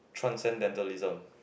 Transcendentalism